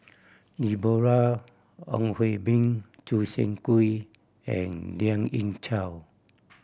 Deborah Ong Hui Min Choo Seng Quee and Lien Ying Chow